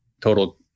total